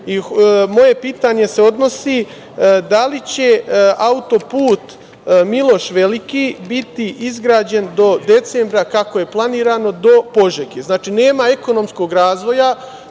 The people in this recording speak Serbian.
moje pitanje se odnosi da li će Autoput Miloš Veliki biti izgrađen do decembra, kako je planirano, do Požege? Znači, nema ekonomskog razvoja